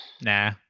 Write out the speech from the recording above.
Nah